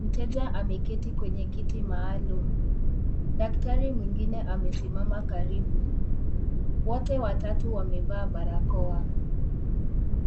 mteja ameketi kwenye kiti maalum, daktari mwingine amesimama karibu, wote watatu wamevaa barakoa.